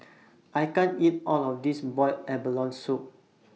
I can't eat All of This boiled abalone Soup